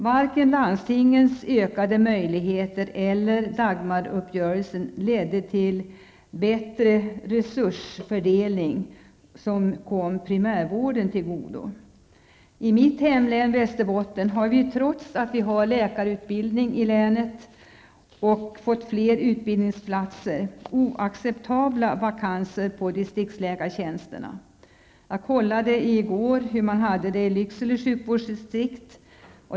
Varken landstingens ökade möjligheter eller Dagmarupgörelsen har medfört någon bättre resursfördelning inom primärvården. I mitt hemlän, Västerbotten, har vi trots läkarutbildning i länet och fler utbildningsplatser fortfarande oacceptabla vakanser på disktriksläkartjänsterna. I går kontrollerade jag hur det var i Lycksele sjukvårdsdistrikt.